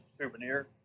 souvenir